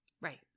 right